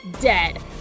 dead